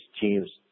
teams